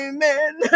Amen